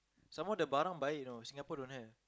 some more the barang baik you know Singapore don't have